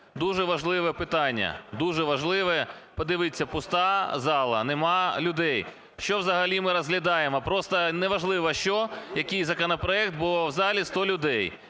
Дуже важливе питання, дуже важливе. Подивіться, пуста зала, немає людей. Що взагалі ми розглядаємо? Просто неважливо що, який законопроект, бо в залі 100 людей.